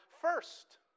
first